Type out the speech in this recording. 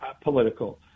political